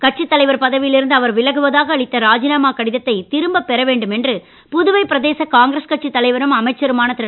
கட்சித் தலைவர் பதவியில் இருந்து அவர் விலகுவதாக அளித்த ராஜினாமா கடிதத்தை திரும்பப் பெற வேண்டும் என்று புதுவை பிரதேச காங்கிரஸ் கட்சித் தலைவரும் அமைச்சருமான திரு